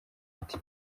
ati